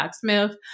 Smith